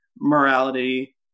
morality